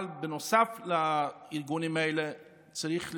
אבל נוסף לארגונים האלה, צריך להיות,